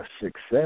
success